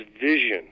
vision